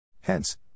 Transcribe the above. Hence